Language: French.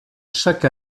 chaque